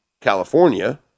California